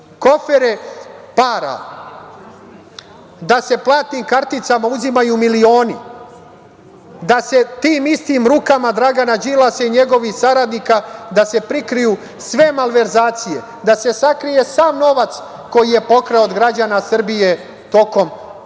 kofere para, da se platnim karticama uzimaju milioni, da se tim istim rukama Dragana Đilasa i njegovih saradnika prikriju sve malverzacije, da se sakrije sav novac koji je pokrao od građana Srbije tokom DOS-ove